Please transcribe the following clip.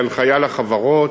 וההנחיה לחברות,